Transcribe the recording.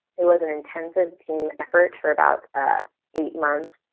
it was an intensive team effort for about eight months,